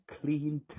clean